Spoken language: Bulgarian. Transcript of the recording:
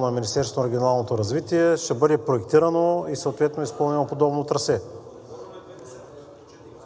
на Министерството на регионалното развитие, ще бъде проектирано и съответно изпълнено подобно трасе.